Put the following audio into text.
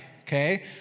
okay